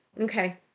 Okay